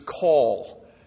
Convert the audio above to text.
call